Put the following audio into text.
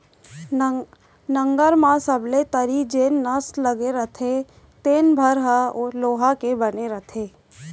नंगर म सबले तरी जेन नस लगे रथे तेने भर ह लोहा के बने रथे